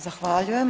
Zahvaljujem.